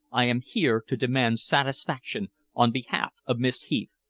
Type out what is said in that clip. i am here to demand satisfaction on behalf of miss heath.